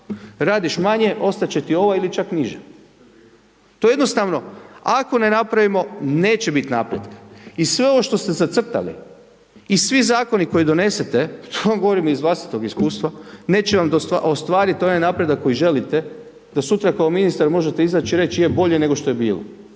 radiš manje ostat će ti ova ili čak niža. To jednostavno ako ne napravimo neće bit naprijed. I sve ovo što ste zacrtali i svi zakoni koji donesete, to vam govorim iz vlastitog iskustva, neće vam ostvarit onaj napredak koji želite, da sutra kao ministar izać i reć je bolje je nego što je bilo.